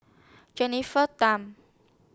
Jennifer Tham